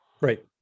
Right